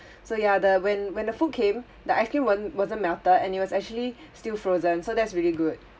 so ya the when when the food came the ice cream was~ wasn't melted and it was actually still frozen so that's really good